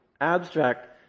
abstract